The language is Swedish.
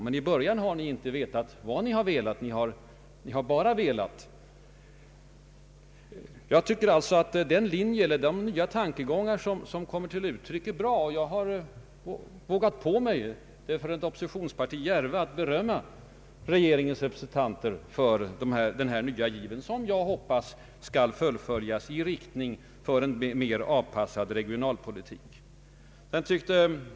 Men i början har ni inte vetat vad ni har velat — ni har bara velat. Jag tycker alltså att de nya tankegångar som kommer till uttryck är bra, och jag har vågat, vilket är djärvt för en företrädare för ett oppositionsparti, berömma regeringen för den nya giv som jag hoppas skall fullföljas i riktning mot en mer realistisk regionalpolitik.